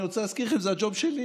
אני רוצה להזכיר לכם, זה הג'וב שלי,